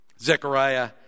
Zechariah